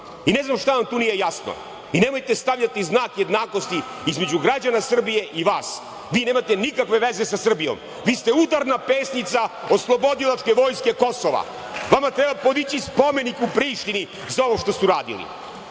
Ne znam šta vam tu nije jasno? Nemojte stavljati znak jednakosti između građana Srbije i vas. Vi nemate nikakve veze sa Srbijom, vi ste udarna pesnica OVK. Vama treba podići spomenik u Prištini za ovo što ste uradili.